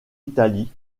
italie